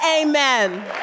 amen